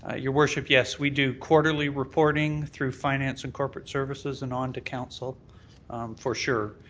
ah your worship, yes, we do quarterly reporting through finance and corporate services and onto council for sure.